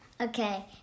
Okay